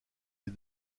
les